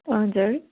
हजुर